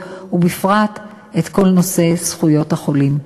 בכלל ואת כל נושא זכויות החולים בפרט.